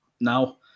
now